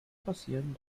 passieren